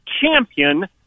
champion